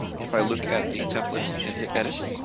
if i look at the template and hit edit,